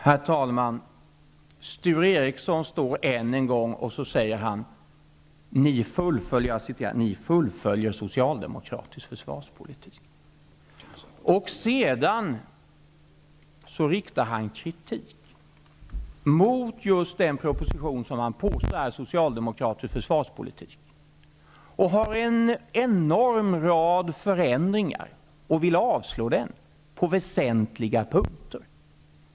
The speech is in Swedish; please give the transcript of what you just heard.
Herr talman! Sture Ericson står än en gång och säger: Ni fullföljer socialdemokratisk försvarspolitik. Och sedan riktar han kritik mot just den proposition som han påstår är socialdemokratisk försvarspolitik. Han har en enorm rad förslag till förändringar och vill avslå propositionen på väsentliga punkter.